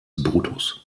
brutus